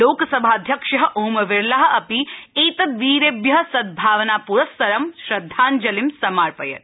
लोक सभाध्यक्ष ओमविरला अपि एतद् वीरेभ्य सद्भावनाप्रस्सरं श्रद्वाञ्जलिं समार्पयत्